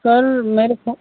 sir